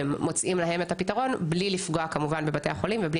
מוצאים להם פתרון בלי לפגוע כמובן בבתי החולים ובלי